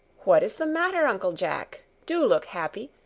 what is the matter, uncle jack? do look happy!